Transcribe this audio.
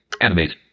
animate